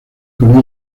con